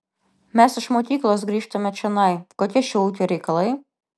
mes iš mokyklos grįžtame čionai kokie šio ūkio reikalai